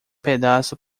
pedaço